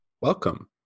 welcome